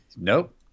Nope